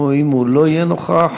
ואם הוא לא יהיה נוכח,